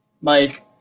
Mike